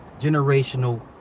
generational